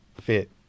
fit